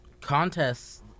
contests